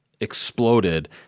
exploded